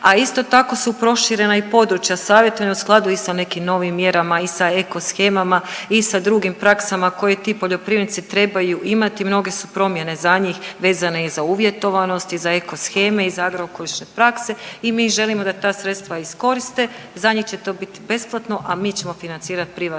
A isto tako su proširena i područja savjetovanja u skladu i sa nekim novim mjerama i sa eko shemama i sa drugim praksama koje ti poljoprivrednici trebaju imati i mnoge su promjene za njih vezane i za uvjetovanost i za eko sheme iz agro okolišne prakse i mi želimo da ta sredstva iskoriste. Za njih će to biti besplatno, a mi ćemo financirati privatnu